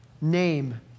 Name